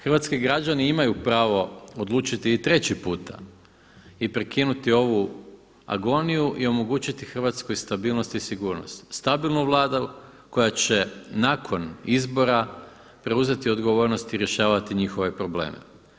Hrvatski građani imaju pravo odlučiti i treći puta i prekinuti ovu agoniju i omogućiti Hrvatskoj stabilnost i sigurnost, stabilnu Vladu koja će nakon izbora preuzeti odgovornost i rješavati njihove probleme.